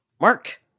mark